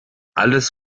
alles